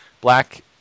Black